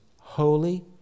holy